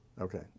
Okay